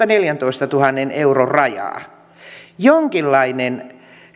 neljäntoistatuhannen euron rajaa jonkinlainen